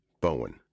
Bowen